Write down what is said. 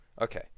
Okay